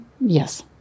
Yes